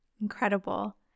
Incredible